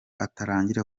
atangira